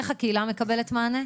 איך הקהילה מקבלת מענה?